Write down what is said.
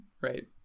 right